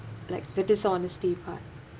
like the dishonesty part